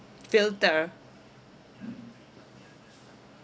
filter